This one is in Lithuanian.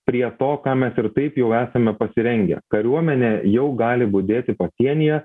prie to ką mes ir taip jau esame pasirengę kariuomenė jau gali budėti pasienyje